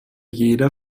jeder